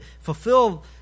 fulfill